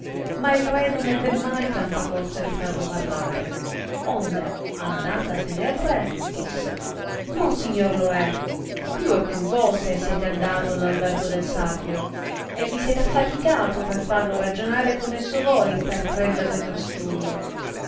ma il re non ebbe mai tanta forza di farlo parlare onde andatasene al re disse monsignor lo re più e più volte siete andato all albergo del satiro e vi siete affaticato per farlo ragionare con esso voi per prenderne trastullo